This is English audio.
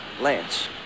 Lance